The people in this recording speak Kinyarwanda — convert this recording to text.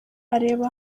areba